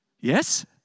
Yes